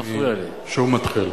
אני שוב מתחיל.